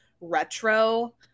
retro